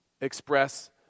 express